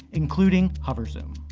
including hover zoom.